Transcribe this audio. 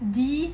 d